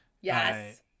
yes